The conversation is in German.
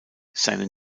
seine